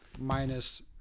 minus